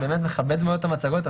אני מכבד מאוד את המצגות,